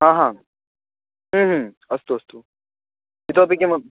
आ हा अस्तु अस्तु इतोपि किम्